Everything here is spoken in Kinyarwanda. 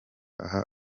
aho